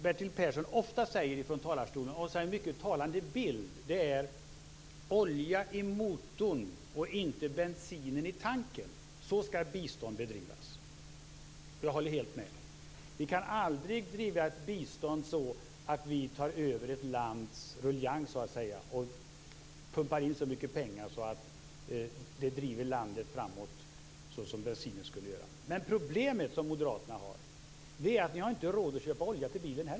Bertil Persson säger ofta en sak från talarstolen som är en mycket talande bild: Olja i motorn, inte bensin i tanken - så skall bistånd bedrivas. Jag håller helt med. Vi kan aldrig bedriva bistånd så att vi så att säga tar över ett lands ruljangs och pumpar in så mycket pengar att det driver landet framåt så som bensinen skulle göra. Men moderaternas problem är att ni inte heller har råd att köpa olja till bilen.